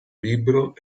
libro